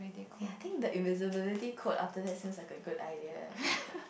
ya I think the invincibility coat sounds like a good idea